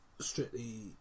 strictly